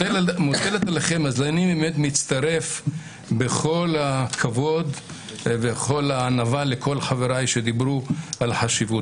אני מצטרף בכל הכבוד ובכל הענווה לכל חבריי שדיברו על החשיבות,